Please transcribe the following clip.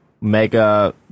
mega